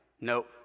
Nope